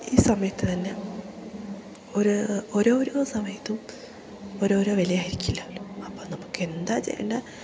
ഈ സമയത്ത് തന്നെ ഒര് ഓരോരോ സമയത്തും ഓരോരോ വില ആയിരിക്കുമല്ലോ അപ്പം നമുക്കെന്താ ചെയ്യേണ്ടത്